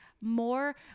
more